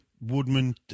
Woodman